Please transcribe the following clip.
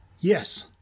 Yes